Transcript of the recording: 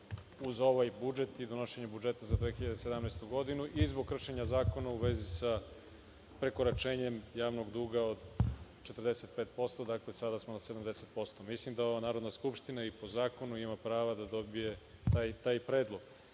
uz ovaj budžet i donošenje budžeta za 2017. godinu i zbog kršenja zakona u vezi sa prekoračenjem javnog duga, od 45%, dakle sada smo na 70%. Mislim da ova Narodna skupština i po zakonu ima prava da dobije taj predlog. Ali,